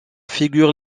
figure